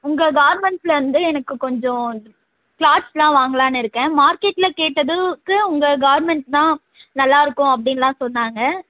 உங்கள் கார்மெண்ட்ஸ்சில் இருந்து எனக்கு கொஞ்சம் க்ளாத்ஸெல்லாம் வாங்கலாம்னு இருக்கேன் மார்க்கெட்டில் கேட்டதுக்கு உங்கள் கார்மெண்ட்ஸ் தான் நல்லாயிருக்கும் அப்படின்லாம் சொன்னாங்க